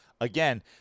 again